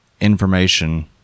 information